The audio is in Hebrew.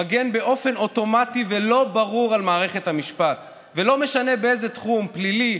מגן באופן אוטומטי ולא ברור על מערכת המשפט ולא משנה באיזה תחום: פלילי,